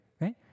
right